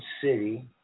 city